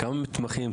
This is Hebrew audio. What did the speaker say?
כמה מתמחים,